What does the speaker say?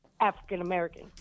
african-american